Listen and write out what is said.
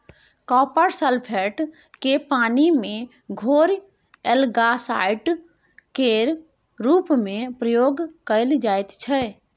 copper sulphate केँ पानि मे घोरि एल्गासाइड केर रुप मे प्रयोग कएल जाइत छै